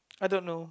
I don't know